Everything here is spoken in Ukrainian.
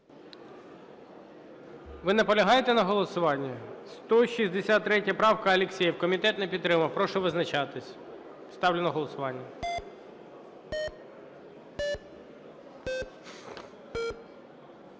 Ви наполягаєте на голосуванні? 163 правка, Алєксєєв. Комітет не підтримав. Прошу визначатись, ставлю на голосування.